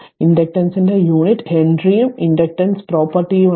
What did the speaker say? ഇൻഡക്റ്റൻസിന്റെ unit ഹെൻറിയും ഇൻഡക്റ്റൻസ് പ്രോപ്പർട്ടിയുമാണ്